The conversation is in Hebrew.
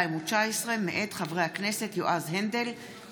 מאת חברת הכנסת עומר ינקלביץ';